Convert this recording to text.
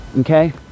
Okay